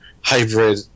hybrid